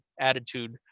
attitude